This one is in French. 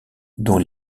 dont